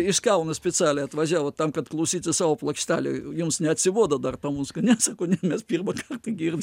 iš kauno specialiai atvažiavo tam kad klausyti savo plokštelių jums neatsibodo dar ta muzika ne sako ne mes pirmą kartą girdi